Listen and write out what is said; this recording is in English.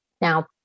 Now